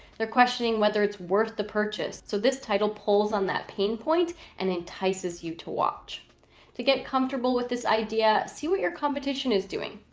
they're questioning whether it's worth the purchase. so this title pulls on that pain point and entices you to watch to get comfortable with this idea. see what your competition is doing,